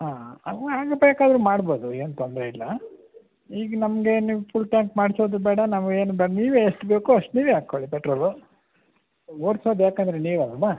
ಹಾಂ ಹಾಗೆ ಹಾಗೆ ಬೇಕಾದರೂ ಮಾಡ್ಬೋದು ಏನು ತೊಂದರೆ ಇಲ್ಲ ಈಗ ನಮಗೆ ನೀವು ಫುಲ್ ಟ್ಯಾಂಕ್ ಮಾಡಿಸೋದು ಬೇಡ ನಾವೇನು ಬೇ ನೀವೇ ಎಷ್ಟು ಬೇಕು ಅಷ್ಟು ನೀವೇ ಹಾಕ್ಕೊಳ್ಳಿ ಪೆಟ್ರೋಲ್ ಓಡಿಸೋದು ಯಾಕೆಂದರೆ ನೀವಲ್ಲಮ್ಮ